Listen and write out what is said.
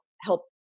help